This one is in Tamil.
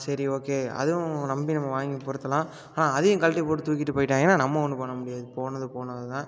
சரி ஓகே அதுவும் நம்பி நம்ம வாங்கி பொருத்தலாம் ஆனால் அதையும் கழட்டி போட்டு தூக்கிட்டு போயிட்டாய்ங்கன்னால் நம்ம ஒன்றும் பண்ண முடியாது போனது போனதுதான்